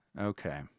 Okay